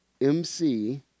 MC